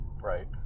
Right